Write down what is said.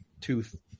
tooth